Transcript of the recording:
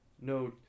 no